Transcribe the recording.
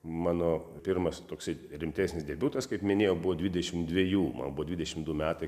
mano pirmas toksai rimtesnis debiutas kaip minėjau buvo dvidešim dvejų man buvo dvidešim du metai